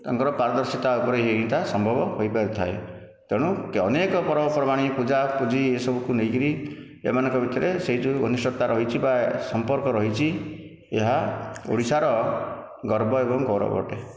ତାଙ୍କର ପାରିଦର୍ଶିତା ଉପରେ ଏଇଟା ସମ୍ଭବ ହୋଇପାରିଥାଏ ତେଣୁ ଅନେକ ପର୍ବପର୍ବାଣି ପୂଜାପୁଜି ଏସବୁକୁ ନେଇକରି ଏମାନଙ୍କ ଭିତରେ ସେ ଯେଉଁ ଘନିଷ୍ଠତା ରହିଛି ବା ସମ୍ପର୍କ ରହିଛି ଏହା ଓଡ଼ିଶାର ଗର୍ବ ଏବଂ ଗୌରବ ଅଟେ